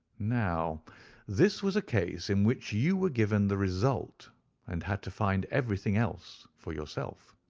now this was a case in which you were given the result and had to find everything else for yourself.